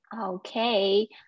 Okay